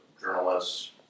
journalists